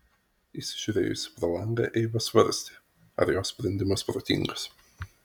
įsižiūrėjusi pro langą eiva svarstė ar jos sprendimas protingas